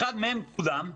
אחד מהם קודם,